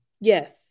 Yes